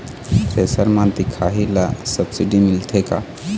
Thresher म दिखाही ला सब्सिडी मिलथे का?